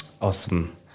Awesome